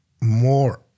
more